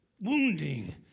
Wounding